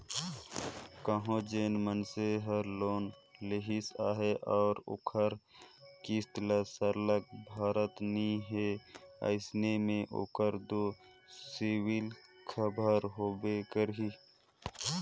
कहों जेन मइनसे हर लोन लेहिस अहे अउ ओहर किस्त ल सरलग भरत नी हे अइसे में ओकर दो सिविल खराब होबे करही